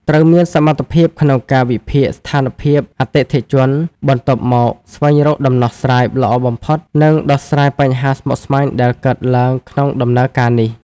ត្រូវមានសមត្ថភាពក្នុងកាវិភាគស្ថានភាពអតិថិជន បន្ទាប់មកស្វែងរកដំណោះស្រាយល្អបំផុត និងដោះស្រាយបញ្ហាស្មុគស្មាញដែលកើតឡើងក្នុងដំណើរការនេះ។